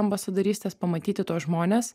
ambasadorystės pamatyti tuos žmones